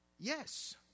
Yes